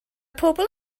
pobol